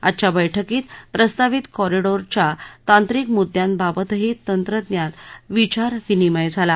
आजच्या बैठकीत प्रस्तावित कॉरिडोअरच्या तांत्रिक मुद्दयांबाबतही तंत्रज्ञात विचार विनिमय झाला